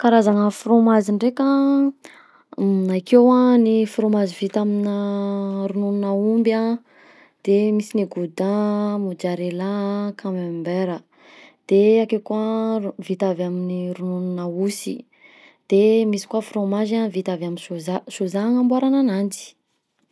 Karazana frômazy ndraika: akeo a ny frômazy vita aminà rononona omby: misy ny gôda, ny mozzarella, ny camembert, vita aminà rononona osy de misy koa frômazy vita amy sôza, sôza agnamboaragn'ananjy.